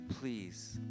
please